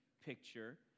picture